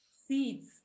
Seeds